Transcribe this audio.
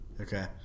Okay